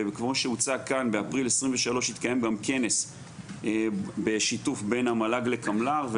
וכמו שהוזכר כאן באפריל 2023 התקיים גם כנס בשיתוף בין המל"ג לקמל"ר.